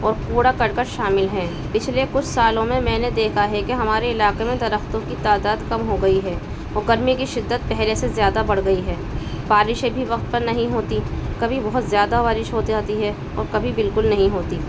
اور کوڑا کر کر شامل ہیں پچھلے کچھ سالوں میں میں نے دیکھا ہے کہ ہمارے علاقے میں درختوں کی تعداد کم ہو گئی ہے اور گرمی کی شدت پہلے سے زیادہ بڑھ گئی ہے بارشیں بھی وقت پر نہیں ہوتی کبھی بہت زیادہ بارش ہوتے ہوتی ہے اور کبھی بالکل نہیں ہوتی